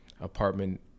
apartment